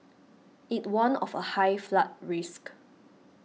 it warned of a high flood risk